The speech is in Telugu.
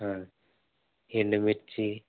ఎండు మిర్చి